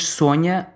sonha